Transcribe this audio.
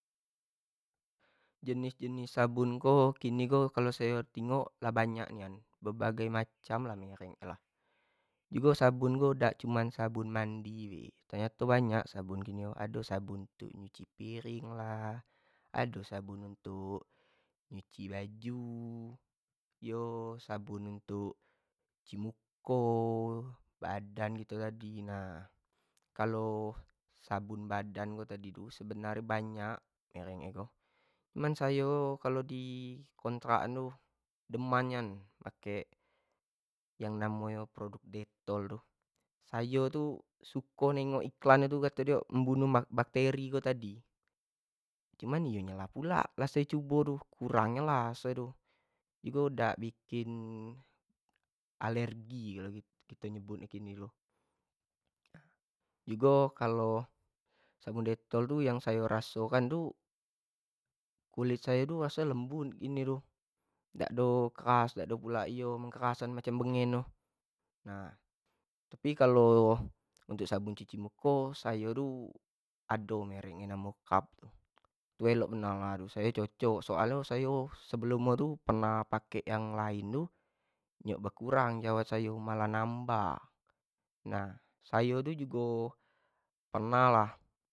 Jenis-jenis sabun ko kini ko kalo sayo tengok lah banyak nian, berbagai macam lah merk, jugo sabun ko dak cuma sabun mandi be ternyato banyak sabun kini ko ado sabun tu nyuci piring lah, ado sabun untuk nyuci baju, yo sabun untuk cuci muko, badan kito tadi nah, kalo sabunbadan kito tadi tu sebenar nyo banyak yang elok-elok, cuma sayo kalo di kontrak an tu deman nian pakek yang namo nyo produk dettol tu, sayo tu suko nengok iklan nyo tu kato nyo tu membunuh bakteri tu tadi, cuman iyo nyelah pulo sayo cubo tu kurangi lah raso itu jugo dak bikin alergi kito nyebut nyo kini ko, nah jugo kalo sabun dettol tu yang sayo raso kan itu kulit sayo tu raso nyo lembut dak ado keras, dak ado pulak iyo macam bengkak macam bengin tu tapi kalo sabun untuk sabun cuci muko sayo tu ado merk nyo kap tu, tu elok benar sayo soal nyo sayo tu pernah pake yang lain tu dak berkurang jerawat sayo malah nambah, nah sayo tu jugo pernah lah.